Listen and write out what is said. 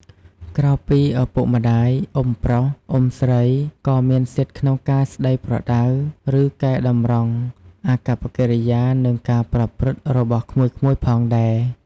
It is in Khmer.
ក្រៅពីឪពុកម្ដាយ អ៊ុំប្រុស អ៊ុំស្រីក៏មានសិទ្ធិក្នុងការស្ដីប្រដៅ ឬកែតម្រង់អាកប្បកិរិយា និងការប្រព្រឹត្តរបស់ក្មួយៗផងដែរ។